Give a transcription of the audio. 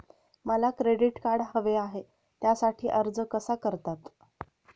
मला credit card हवे आहे त्यासाठी अर्ज कसा करतात?